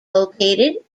located